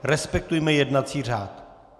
Respektujme jednací řád.